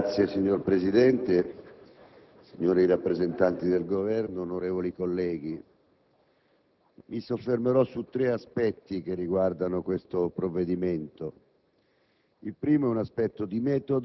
*(AN)*. Signor Presidente, signori rappresentanti del Governo, onorevoli colleghi, mi soffermerò su tre aspetti che riguardano il disegno